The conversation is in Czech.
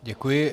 Děkuji.